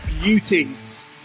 Beauties